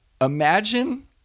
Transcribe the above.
imagine